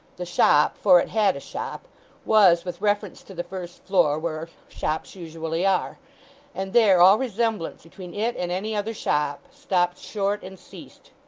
the shop for it had a shop was, with reference to the first floor, where shops usually are and there all resemblance between it and any other shop stopped short and ceased.